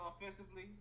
offensively